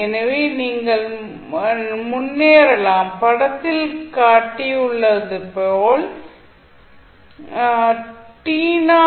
எனவே இங்கே நீங்கள் முன்னேறலாம் அல்லது தாமதிக்கலாம்